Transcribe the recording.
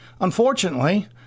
Unfortunately